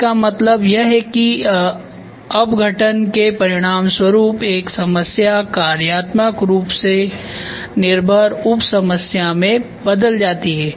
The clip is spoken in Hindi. इसका मतलब यह है कि अपघटन के परिणामस्वरूप एक समस्या कार्यात्मक रूप से निर्भर उप समस्याएं में बदल जाती है